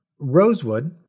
Rosewood